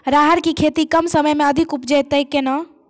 राहर की खेती कम समय मे अधिक उपजे तय केना?